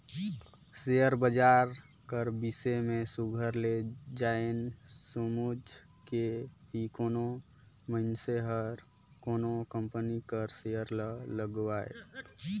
share बजार कर बिसे में सुग्घर ले जाएन समुझ के ही कोनो मइनसे हर कोनो कंपनी कर सेयर ल लगवाए